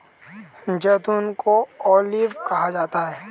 जैतून को ऑलिव कहा जाता है